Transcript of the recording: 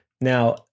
Now